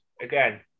again